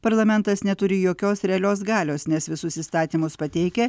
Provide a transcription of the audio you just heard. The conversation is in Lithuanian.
parlamentas neturi jokios realios galios nes visus įstatymus pateikia